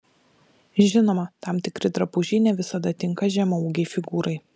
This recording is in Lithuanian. žinoma tam tikri drabužiai ne visada tinka žemaūgei figūrai